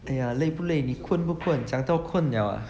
!aiya! 累不累你困不困讲到困了 ah